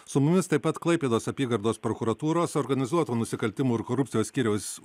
su mumis taip pat klaipėdos apygardos prokuratūros organizuotų nusikaltimų ir korupcijos skyriaus